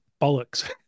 bollocks